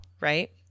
Right